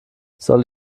soll